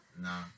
nah